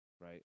right